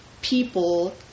people